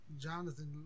jonathan